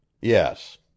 yes